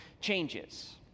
changes